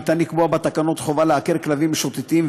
ניתן לקבוע בתקנות חובה לעקר כלבים משוטטים,